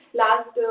last